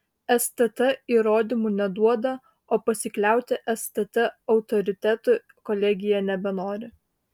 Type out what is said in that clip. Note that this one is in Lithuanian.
stt įrodymų neduoda o pasikliauti stt autoritetu kolegija nebenori